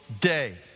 day